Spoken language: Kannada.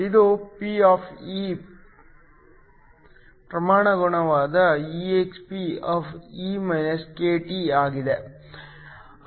ಇದು P ಪ್ರಮಾಣಾನುಗುಣವಾದ exp ಆಗಿದೆ